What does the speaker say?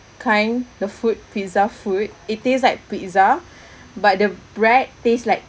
kind the food pizza food it taste like pizza but the bread tastes like